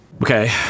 Okay